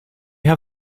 have